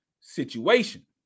situation